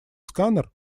сканер